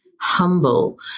humble